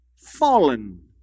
Fallen